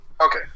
okay